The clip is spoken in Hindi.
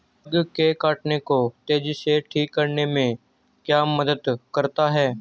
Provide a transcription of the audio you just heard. बग के काटने को तेजी से ठीक करने में क्या मदद करता है?